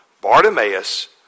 Bartimaeus